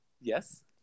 Yes